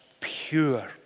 pure